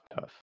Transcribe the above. tough